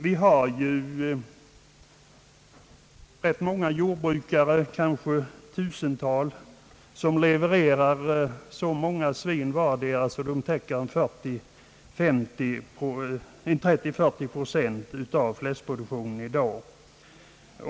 Vi har rätt många jordbrukare, kanske ett tusental, som levererar så många svin att det täcker 30 å 40 procent av fläskproduktionen i dag.